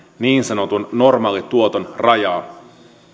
niin sanotun normaalituoton rajaa